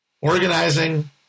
organizing